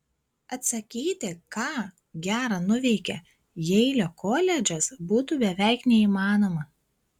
atsakyti ką gera nuveikė jeilio koledžas būtų beveik neįmanoma